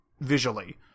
visually